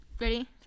Ready